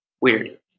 weird